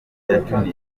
junior